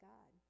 God